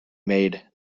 made